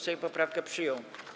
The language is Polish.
Sejm poprawkę przyjął.